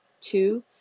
Two